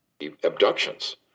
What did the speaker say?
Abductions